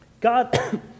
God